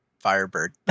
Firebird